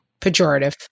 pejorative